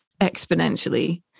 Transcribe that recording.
exponentially